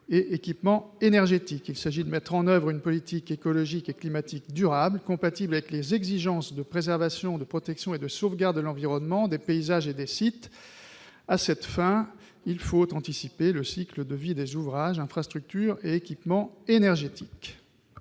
des équipements énergétiques. Il s'agit de mettre en oeuvre une politique écologique et climatique durable, compatible avec les exigences de préservation, de protection et de sauvegarde de l'environnement, des paysages et des sites. À cette fin, il faut anticiper le cycle de vie des ouvrages, infrastructures et équipements énergétiques.